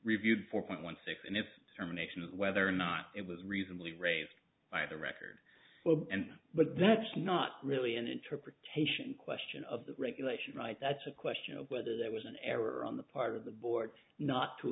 reviewed four point one six and if determination is whether or not it was reasonably raised by the record and but that's not really an interpretation question of the regulation right that's a question of whether that was an error on the part of the board not to